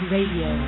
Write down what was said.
Radio